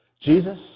Jesus